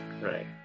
right